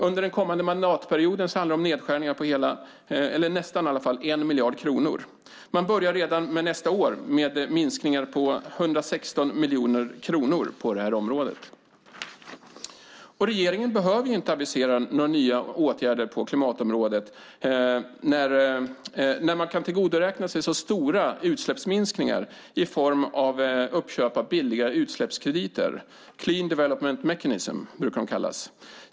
Under den här mandatperioden handlar det om nedskärningar på nästan 1 miljard kronor. Man börjar redan nästa år med minskningar på 116 miljoner kronor. Och regeringen behöver inte avisera nya åtgärder på klimatområdet när man kan tillgodoräkna sig stora utsläppsminskningar i form av uppköp av billiga utsläppskrediter, Clean Development Mechanism, CDM, brukar det kallas.